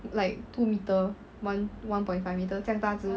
like two meter one one point five metres 这样大只